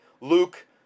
Luke